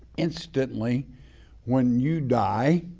instantly when you die,